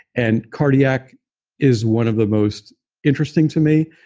and cardiac is one of the most interesting to me.